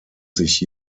sich